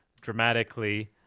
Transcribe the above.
dramatically